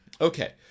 okay